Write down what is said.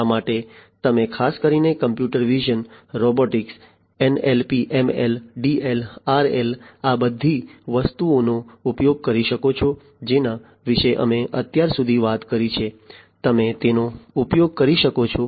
આ માટે તમે ખાસ કરીને computer vision robotics NLP ML DL RL આ બધી વસ્તુઓનો ઉપયોગ કરી શકો છો જેના વિશે અમે અત્યાર સુધી વાત કરી છે તમે તેનો ઉપયોગ કરી શકો છો